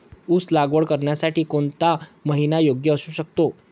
ऊस लागवड करण्यासाठी कोणता महिना योग्य असू शकतो?